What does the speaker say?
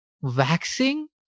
waxing